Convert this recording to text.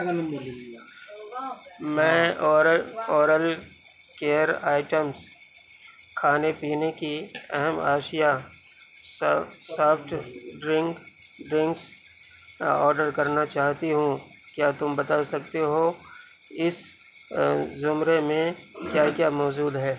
میں oral oral care items کھانے پینے کی اہم اشیا سافٹ ڈرنک ڈرنکس آرڈر کرنا چاہتی ہوں کیا تم بتا سکتے ہو اس زمرے میں کیا کیا موجود ہے